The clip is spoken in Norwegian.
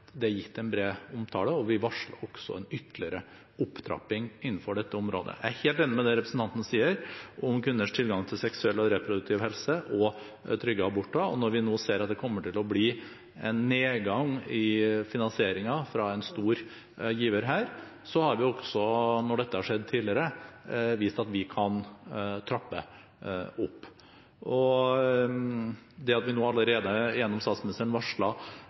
gitt en bred omtale, og vi varsler også en ytterligere opptrapping innenfor dette området. Jeg er helt enig i det representanten sier om kvinners rett til seksuell og reproduktiv helse og trygge aborter. Når vi ser at det kommer til å bli en nedgang i finansieringen fra en stor giver, har vi også når dette har skjedd tidligere, vist at vi kan trappe opp. Det at vi allerede gjennom statsministeren